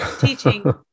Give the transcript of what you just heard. teaching